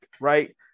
Right